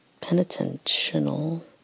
penitential